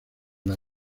las